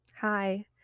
Hi